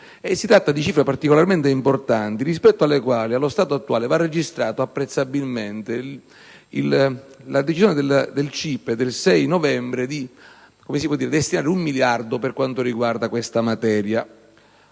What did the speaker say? Si tratta di cifre particolarmente importanti, rispetto alle quali, allo stato attuale, è apprezzabile la decisione del CIPE del 6 novembre scorso di destinare un miliardo di euro a questa materia